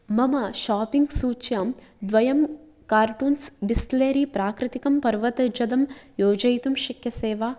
मम शोप्पिङ्ग् सूच्यां द्वयं कार्टन्स् बिस्लेरी प्राकृतिकं पर्वतजलम् योजयितुं शक्यसे वा